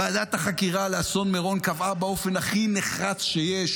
ועדת החקירה על אסון מירון קבעה באופן הכי נחרץ שיש